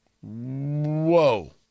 Whoa